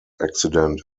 accident